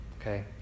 Okay